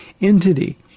entity